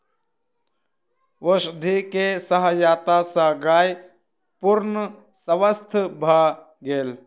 औषधि के सहायता सॅ गाय पूर्ण स्वस्थ भ गेल